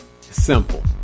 Simple